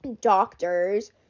doctors